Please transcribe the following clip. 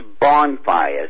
bonfires